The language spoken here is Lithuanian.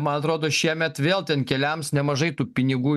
man atrodo šiemet vėl ten keliams nemažai tų pinigų